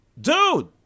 dude